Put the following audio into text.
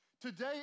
Today